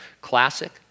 classic